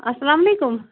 اسلام وعلیکُم